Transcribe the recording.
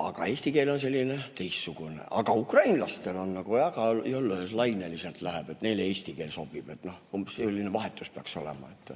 aga eesti keel on selline teistsugune. Aga ukrainlastel on nagu nii – jälle laineliselt läheb –, et neile eesti keel sobib. Umbes selline vahetus peaks olema, et